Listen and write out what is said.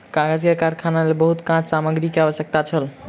कागज के कारखानाक लेल बहुत काँच सामग्री के आवश्यकता छल